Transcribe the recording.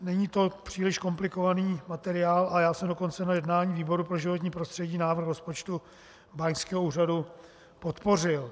Není to příliš komplikovaný materiál a já jsem dokonce na jednání výboru pro životní prostředí návrh rozpočtu báňského úřadu podpořil.